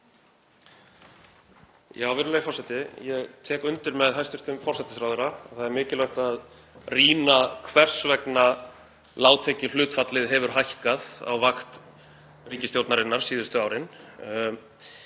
Virðulegi forseti. Ég tek undir með hæstv. forsætisráðherra að það er mikilvægt að rýna hvers vegna lágtekjuhlutfallið hefur hækkað á vakt ríkisstjórnarinnar síðustu árin.